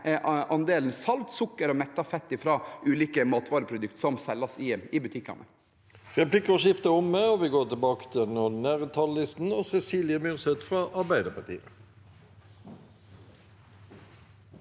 andelen salt, sukker og mettet fett fra ulike matvareprodukt som selges i butikkene.